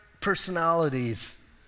personalities